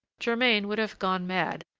germain would have gone mad,